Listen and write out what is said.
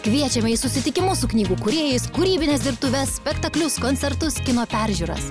kviečiame į susitikimus su knygų kūrėjais kūrybines dirbtuves spektaklius koncertus kino peržiūras